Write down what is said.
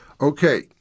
Okay